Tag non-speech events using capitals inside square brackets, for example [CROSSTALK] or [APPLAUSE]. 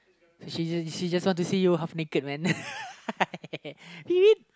she she just want to see you half naked man [LAUGHS]